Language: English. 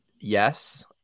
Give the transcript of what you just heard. yes